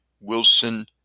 Wilson